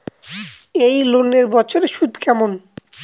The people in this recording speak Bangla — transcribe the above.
এই লোনের বছরে সুদ কেমন?